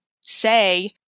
say